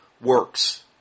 Works